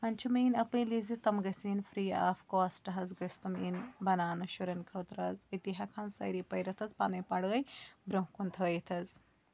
وۄنۍ چھ میٲنۍ اَپیٖل زِ تم گٔژھۍ یِنۍ فِری آف کوسٹ حظ گٔژھۍ تم یِنۍ بَناونہٕ شُرٮ۪ن خٲطرٕ حظ أتی ہٮ۪کہن سٲری پٔرِتھ حظ پَنٕنۍ پڑٲے برونٛہہ کُن تھٲیِتھ حظ